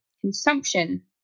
consumption